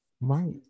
Right